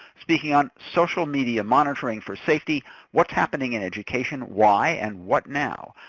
speaking on social media monitoring for safety what's happening in education, why, and what now?